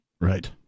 Right